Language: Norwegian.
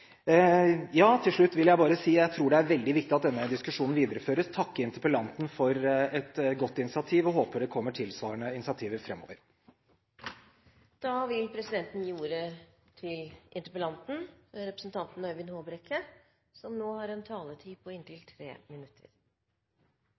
Til slutt vil jeg bare si at jeg tror det er veldig viktig at denne diskusjonen videreføres. Jeg vil takke interpellanten for et godt initiativ og håper det kommer tilsvarende initiativer framover. Jeg takker for en interessant debatt, med interessante bidrag. Det er ingen som